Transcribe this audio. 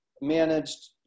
managed